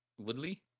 Woodley